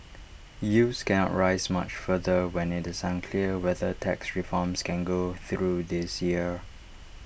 yields cannot rise much further when IT is unclear whether tax reforms can go through this year